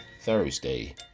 Thursday